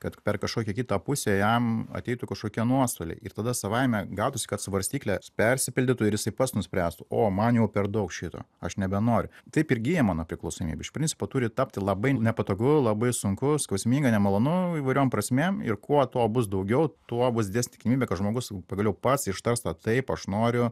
kad per kažkokią kitą pusę jam ateitų kažkokie nuostoliai ir tada savaime gautųsi kad svarstyklės persipildytų ir jisai pats nuspręstų o man jau per daug šito aš nebenoriu taip ir gyjama nuo priklausomybė iš principo turi tapti labai nepatogu labai sunku skausminga nemalonu įvairiom prasmėm ir kuo to bus daugiau tuo bus didės tikimybė kad žmogus pagaliau pats ištars tą taip aš noriu